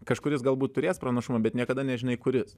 kažkuris galbūt turės pranašumą bet niekada nežinai kuris